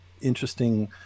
interesting